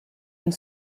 been